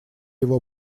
его